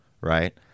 right